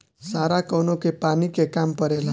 सारा कौनो के पानी के काम परेला